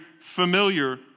familiar